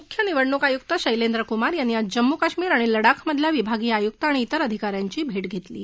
मुख्य निवडणुक आयुक्त शैलेंद्र कुमार यांनी आज जम्मू काश्मीर आणि लडाखमधल्या विभागीय आयुक्त आणि तिर अधिकाऱ्यांची भट्ट घस्तिी